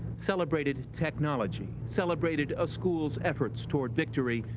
celebrated technology, celebrated a school's efforts toward victory,